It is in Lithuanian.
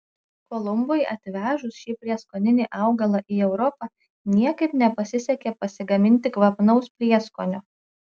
kolumbui atvežus šį prieskoninį augalą į europą niekaip nepasisekė pasigaminti kvapnaus prieskonio